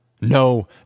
No